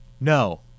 No